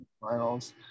finals